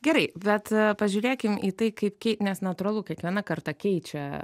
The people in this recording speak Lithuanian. gerai bet pažiūrėkim į tai kaip kei nes natūralu kiekviena karta keičia